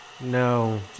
No